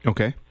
Okay